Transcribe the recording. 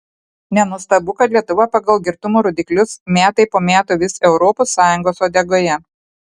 nenuostabu kad lietuva pagal girtumo rodiklius metai po metų vis europos sąjungos uodegoje